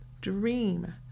Dream